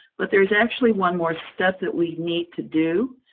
but there's actually one more step that we need to do.